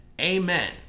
Amen